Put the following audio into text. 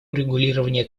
урегулирования